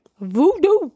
Voodoo